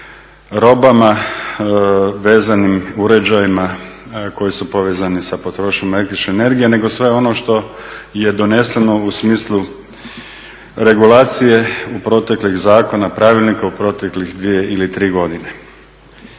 robama vezanim uređajima koji su povezani sa potrošnjom električne energije nego sve ono što je doneseno u smislu regulacije u proteklih zakona, pravilnika u protekle dvije ili tri godine.